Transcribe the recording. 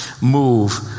move